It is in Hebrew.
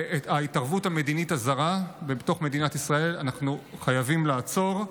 ואת ההתערבות המדינית הזרה ובתוך מדינת ישראל אנחנו חייבים לעצור.